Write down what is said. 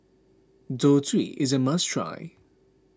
Zosui is a must try